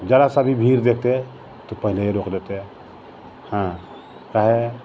जरा सा भी भीड़ देखतै तऽ पहिले ही रोकि देतै हँ तऽ